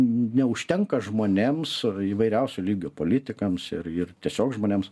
neužtenka žmonėms įvairiausio lygio politikams ir ir tiesiog žmonėms